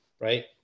right